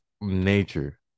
nature